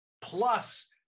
plus